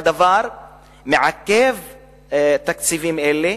והדבר מעכב תקציבים אלה,